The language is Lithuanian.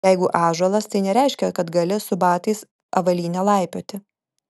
jeigu ąžuolas tai nereiškia kad gali su batais avalyne laipioti